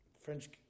French